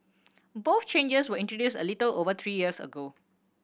both changes were introduced a little over three years ago